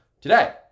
today